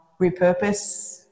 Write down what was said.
repurpose